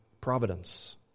Providence